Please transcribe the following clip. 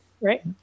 Right